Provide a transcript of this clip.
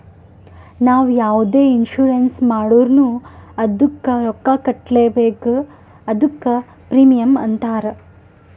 ನಾವು ಯಾವುದೆ ಇನ್ಸೂರೆನ್ಸ್ ಮಾಡುರ್ನು ಅದ್ದುಕ ರೊಕ್ಕಾ ಕಟ್ಬೇಕ್ ಅದ್ದುಕ ಪ್ರೀಮಿಯಂ ಅಂತಾರ್